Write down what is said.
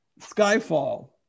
Skyfall